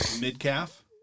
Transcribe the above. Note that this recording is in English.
mid-calf